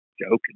joking